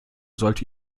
sollte